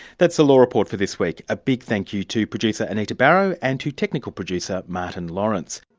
that's the law report for this week. a big thank you to producer anita barraud and to technical producer, martin lawrence